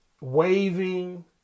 waving